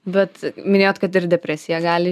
bet minėjot kad ir depresija gali